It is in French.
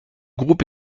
groupe